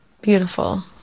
beautiful